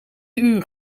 uur